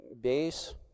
base